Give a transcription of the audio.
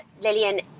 Lillian